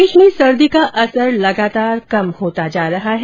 प्रदेश में सर्दी का असर लगातार कम होता जा रहा है